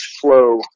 flow